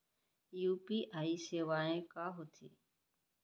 UPI सेवाएं का होथे